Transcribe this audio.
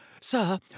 Sir